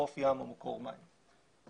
חוף ים ומקור מים.